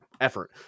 effort